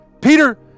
Peter